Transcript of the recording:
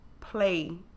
play